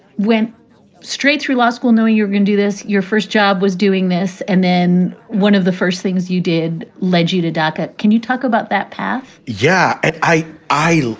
went straight through law school knowing you're going to do this. your first job was doing this. and then one of the first things you did led you to daca. can you talk about that path? yeah, i. i do.